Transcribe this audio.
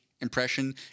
impression